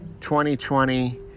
2020